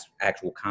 actual